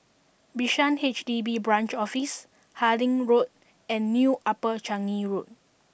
Bishan H D B Branch Office Harding Road and New Upper Changi Road